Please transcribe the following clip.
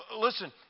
Listen